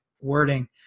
wording